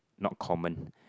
not common